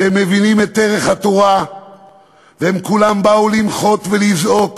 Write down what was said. שהם מבינים את ערך התורה והם כולם באו למחות ולזעוק